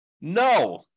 No